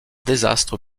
désastre